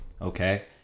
okay